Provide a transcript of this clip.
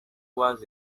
was